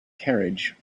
carriage